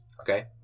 Okay